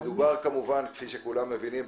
כפי שכולם מבינים,